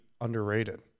underrated